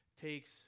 takes